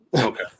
okay